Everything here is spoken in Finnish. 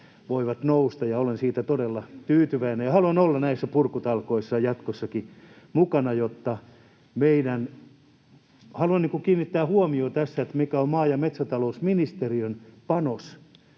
voivat nousta, ja olen siitä todella tyytyväinen ja haluan olla näissä purkutalkoissa jatkossakin mukana, sillä haluan kiinnittää huomiota tässä siihen, mikä on maa‑ ja metsätalousministeriön panos